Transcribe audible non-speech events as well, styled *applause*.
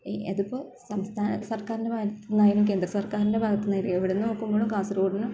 ഇതിപ്പം സംസ്ഥാന സർക്കാരിൻ്റെ ഭാഗത്ത് നിന്നായാലും കേന്ദ്ര സർക്കാരിൻ്റെ ഭാഗത്ത് നിന്നായാലും എവിടുന്നോ *unintelligible* കാസർഗോടിന്